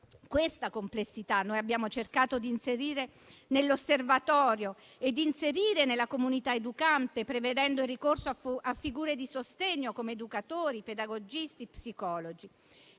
Questa complessità noi abbiamo cercato di inserire nell'Osservatorio e di inserire nella comunità educante, prevedendo il ricorso a figure di sostegno quali educatori, pedagogisti, psicologi.